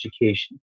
education